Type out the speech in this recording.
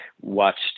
watched